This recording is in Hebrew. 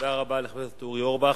תודה רבה לחבר הכנסת אורי אורבך.